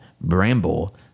Bramble